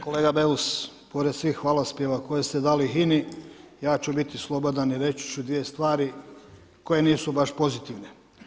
Kolega Beus, pored svih hvalospjeva koje ste dali HINA-i ja ću biti slobodan i reći ću dvije stvari koje nisu baš pozitivne.